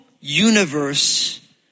universe